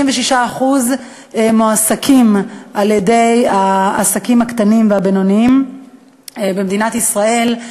66% מועסקים על-ידי העסקים הקטנים והבינוניים במדינת ישראל.